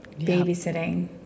babysitting